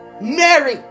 Mary